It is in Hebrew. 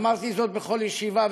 אמרתי זאת בכל ישיבה,